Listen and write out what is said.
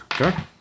Okay